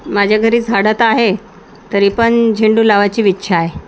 माझ्या घरी झाडं तर आहे तरी पण झेंडू लावायची इच्छा आहे